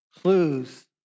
clues